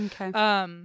Okay